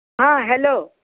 हां हॅलो